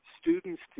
students